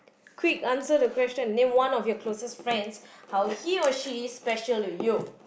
quick answer the question name one of your closest friends how he or she is special to you